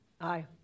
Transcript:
Aye